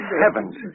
heavens